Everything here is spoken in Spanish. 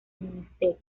ministerio